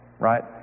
right